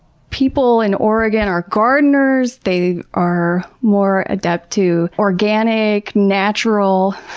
people in oregon are gardeners, they are more adept to organic, natural,